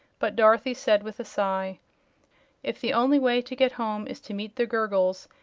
but dorothy said with a sigh if the only way to get home is to meet the gurgles,